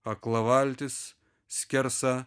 akla valtis skersa